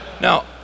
Now